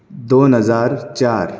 दोन हजार चार